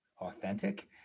authentic